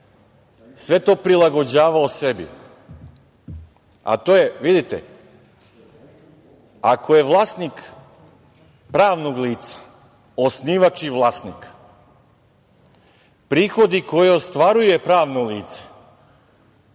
sve to prilagođavao sebi, a to je, vidite… ako je vlasnik pravnog lica osnivač i vlasnik, prihodi koje ostvaruje pravno lice